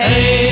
Hey